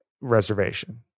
reservation